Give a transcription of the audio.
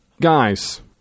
guys